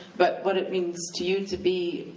but what it means to you to be